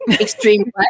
Extreme